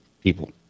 people